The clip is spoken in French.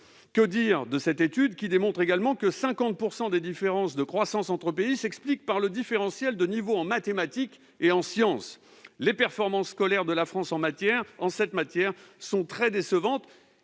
Que dire de cette étude montrant que la moitié des différences de croissance entre les pays s'explique par le différentiel de niveau en mathématiques et en sciences ? Les performances de la France en la matière sont très décevantes.